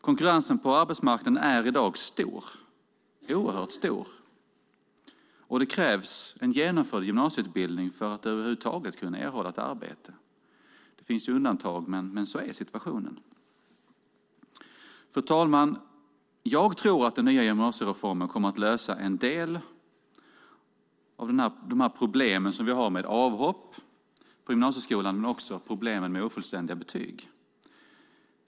Konkurrensen på arbetsmarknaden är i dag stor, oerhört stor, och det krävs en genomförd gymnasieutbildning för att över huvud taget kunna erhålla ett arbete. Det finns undantag, men så är situationen. Fru talman! Jag tror att den nya gymnasiereformen kommer att lösa en del av problemen som vi har med avhopp från gymnasieskolan men också problemen med ofullständiga betyg.